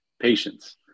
patience